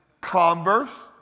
Converse